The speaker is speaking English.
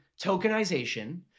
tokenization